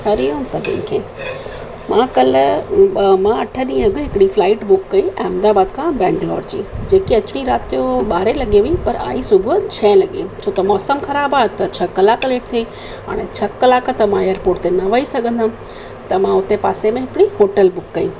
हरि ओम सभिनी खे मां कल्ह बि मां अठ ॾींहुं अॻु हिकिड़ी फ्लाइट बुक कई अहमदाबाद खां बैंगलौर जी जेके अचिणी राति जो ॿारहें लॻे हुई पर आई सुबुह जो छहें लॻे छो त मौसमु ख़राबु आहे त छह कलाक लेट थी वेई हाणे छह कलाक त मां एयरपोट ते न वेही सघंदमि त मां उते पासे में हिकिड़ी होटल बुक कई